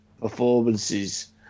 performances